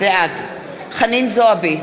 בעד חנין זועבי,